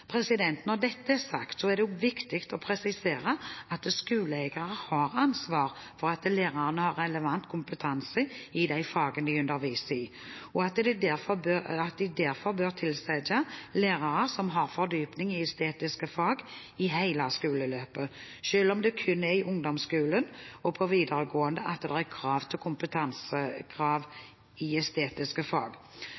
Når dette er sagt, er det også viktig å presisere at skoleeiere har ansvar for at lærerne har relevant kompetanse i de fagene de underviser i, og at de derfor bør tilsette lærere som har fordypning i estetiske fag i hele skoleløpet, selv om det kun er i ungdomsskolen og på videregående det er kompetansekrav i estetiske fag. Fremskrittspartiet er også positive til at regjeringen har satt i